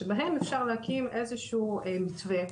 שבהם אפשר להקים איזשהו מתווה,